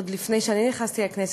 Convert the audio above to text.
עוד לפני שאני נכנסתי לכנסת,